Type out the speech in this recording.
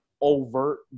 overt